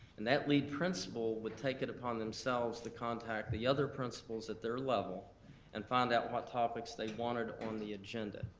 and that lead principal would take it upon themselves to contact the other principals at their level and find out what topics they wanted on the agenda.